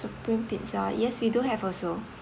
supreme pizza yes we do have also